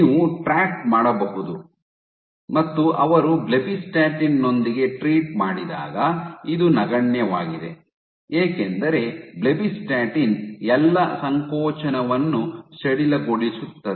ನೀವು ಟ್ರ್ಯಾಕ್ ಮಾಡಬಹುದು ಮತ್ತು ಅವರು ಬ್ಲೆಬಿಸ್ಟಾಟಿನ್ ನೊಂದಿಗೆ ಟ್ರೀಟ್ ಮಾಡಿದಾಗ ಇದು ನಗಣ್ಯವಾಗಿದೆ ಏಕೆಂದರೆ ಬ್ಲೆಬಿಸ್ಟಾಟಿನ್ ಎಲ್ಲಾ ಸಂಕೋಚನವನ್ನು ಸಡಿಲಗೊಳಿಸುತ್ತದೆ